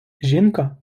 жінка